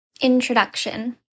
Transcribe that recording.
Introduction